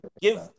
Give